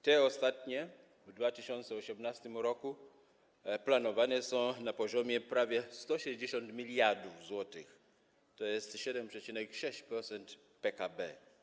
Te ostatnie w 2018 r. planowane są na poziomie prawie 160 mld zł, tj. 7,6% PKB.